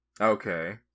Okay